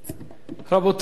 רבותי,